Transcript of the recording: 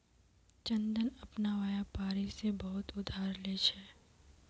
चंदन अपना व्यापारी से बहुत उधार ले छे